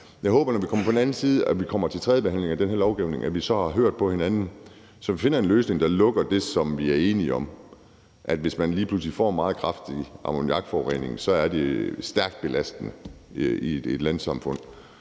Jeg håber, at når vi kommer ud på den anden side og kommer til tredjebehandlingen af den her lovgivning, så har vi hørt på hinanden, så vi finder en løsning, der lukker det, som vi er enige om skal lukkes. Hvis man lige pludselig får meget kraftig ammoniakforurening, er det stærkt belastende i et landsamfund.